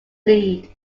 lead